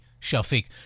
Shafiq